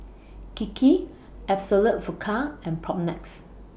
Kiki Absolut Vodka and Propnex